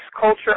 culture